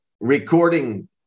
recording